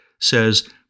says